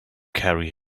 carry